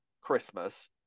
christmas